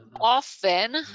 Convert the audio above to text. Often